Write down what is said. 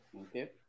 Okay